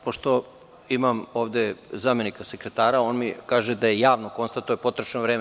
Pošto imam ovde zamenika sekretara, on mi kaže da je javno konstatovano da je potrošeno vreme.